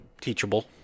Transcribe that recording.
teachable